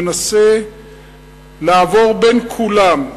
מנסה לעבור בין כולם.